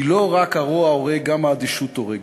כי לא רק הרוע הורג, גם האדישות הורגת.